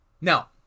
Now